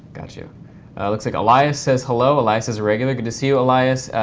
got you. it looks like elias says hello. elias is a regular. good to see you, elias.